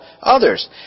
others